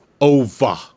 over